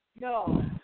No